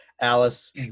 Alice